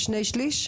שני שליש?